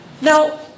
Now